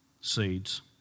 seeds